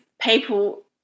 people